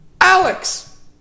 Alex